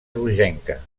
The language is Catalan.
rogenca